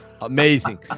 Amazing